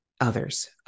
others